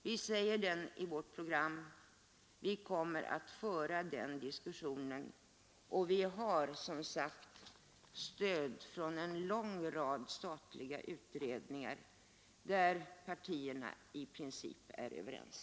Vi säger det i vårt program, vi kommer att föra den diskussionen, och vi har — som sagt — stöd från en lång rad statliga utredningar, där partierna på denna punkt i princip är överens.